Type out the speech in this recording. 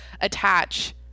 attach